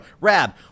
Rab